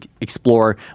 explore